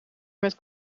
met